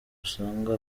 usanga